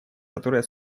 которая